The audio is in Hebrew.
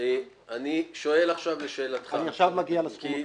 אני שואל לשאלתך --- אני עכשיו מגיע לסכום.